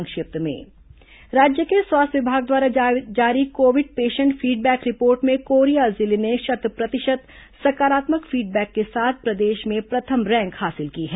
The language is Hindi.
संक्षिप्त समाचार राज्य के स्वास्थ्य विभाग द्वारा जारी कोविड पेशेंट फीडबैक रिपोर्ट में कोरिया जिले ने शत प्रतिशत सकारात्मक फीडबैक के साथ प्रदेश में प्रथम रैंक हासिल की है